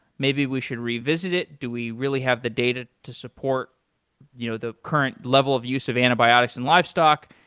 maybe we should revisit it. do we really have the data to support you know the current level of use of antibiotics in livestock?